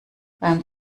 beim